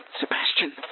Sebastian